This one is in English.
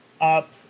up